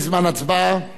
את